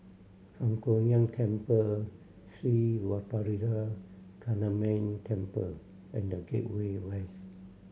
Fang Huo Yuan Temple Sri Vadapathira Kaliamman Temple and The Gateway West